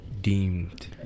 deemed